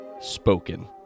Spoken